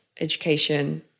education